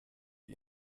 die